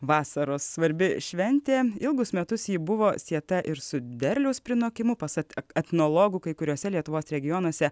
vasaros svarbi šventė ilgus metus ji buvo sieta ir su derliaus prinokimu pasak etnologų kai kuriuose lietuvos regionuose